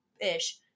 ish